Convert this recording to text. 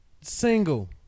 single